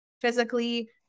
physically